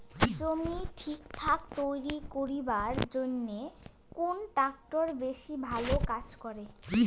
জমি ঠিকঠাক তৈরি করিবার জইন্যে কুন ট্রাক্টর বেশি ভালো কাজ করে?